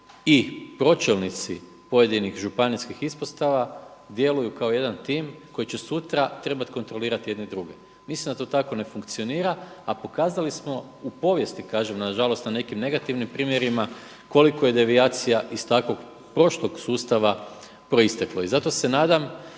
i pročelnici pojedinih županijskih ispostava djeluju kao jedan tim koji će sutra treba kontrolirati jedni druge. Mislim da to tako ne funkcionira, a pokazali smo u povijesti kažem, nažalost, na nekim negativnim primjerima, koliko je devijacija iz takvog prošlog sustava proisteklo. I zato se nadam